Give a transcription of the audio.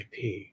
IP